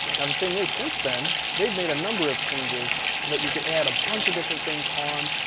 now the thing is, since then, they've made a number of changes so that you can add a bunch of different things on.